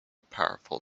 powerful